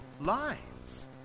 lines